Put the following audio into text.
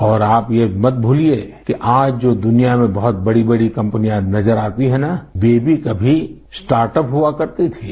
और आप ये मत भूलिये कि आज जो दुनिया में बहुत बड़ी बड़ी कम्पनियाँ नजर आती हैं ना वे भी कभी स्टार्ट अप हुआ करती थीं